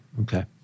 okay